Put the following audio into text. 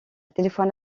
téléphone